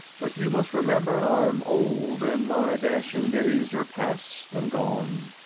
but you must remember i'm old, and my dashing days are past and gone.